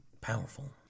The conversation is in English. powerful